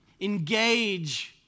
Engage